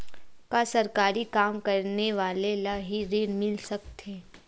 का सरकारी काम करने वाले ल हि ऋण मिल सकथे?